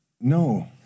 No